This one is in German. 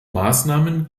maßnahmen